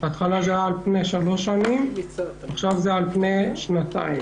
בהתחלה זה היה על פני שלוש שנים ועכשיו זה על פני שנתיים.